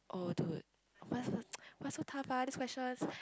oh dude why so why so tough ah this question